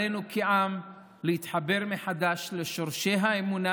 עלינו כעם להתחבר מחדש לשורשי האמונה